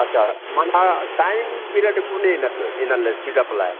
अच्छा माना time period कोन्हे अथस इन सीड़प लाइ